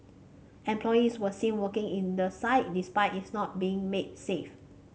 employees were seen working in the site despite it not being made safe